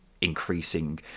increasing